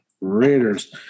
Raiders